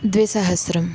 द्विसहस्रम्